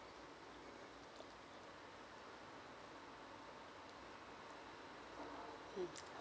mm